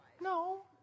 No